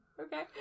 okay